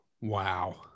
Wow